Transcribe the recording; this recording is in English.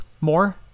more